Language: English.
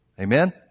Amen